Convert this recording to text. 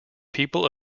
people